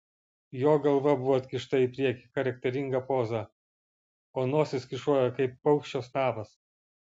jo galva buvo atkišta į priekį charakteringa poza o nosis kyšojo kaip paukščio snapas